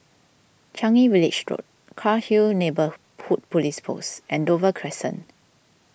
Changi Village Road Cairnhill Neighbourhood Police Post and Dover Crescent